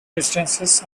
residences